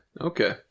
Okay